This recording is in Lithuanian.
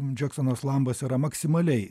džeksonas lambas yra maksimaliai